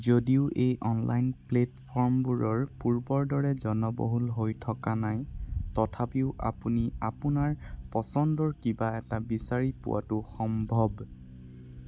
যদিও এই অনলাইন প্লেটফৰ্মবোৰ পূৰ্বৰ দৰে জনবহুল হৈ থকা নাই তথাপিও আপুনি আপোনাৰ পছন্দৰ কিবা এটা বিচাৰি পোৱাটো সম্ভৱ